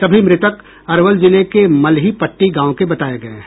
सभी मृतक अरवल जिले के मल्हीपट्टी गांव के बताये गये हैं